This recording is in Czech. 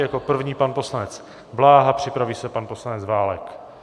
Jako první pan poslanec Bláha, připraví se pan poslanec Válek.